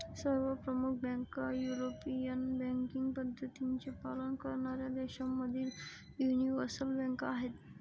सर्व प्रमुख बँका युरोपियन बँकिंग पद्धतींचे पालन करणाऱ्या देशांमधील यूनिवर्सल बँका आहेत